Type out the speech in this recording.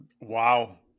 Wow